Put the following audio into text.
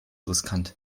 riskant